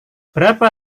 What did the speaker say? berapa